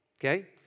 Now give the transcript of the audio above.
Okay